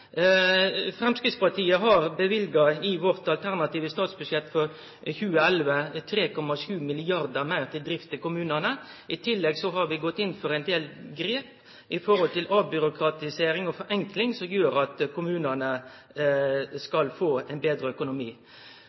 Framstegspartiet har i vårt alternative statsbudsjett for 2011 løyvd 3,7 mrd. kr. meir til drift til kommunane. I tillegg har vi gått inn for ein del grep i forhold til avbyråkratisering og forenkling, som gjer at kommunane skal få betre økonomi.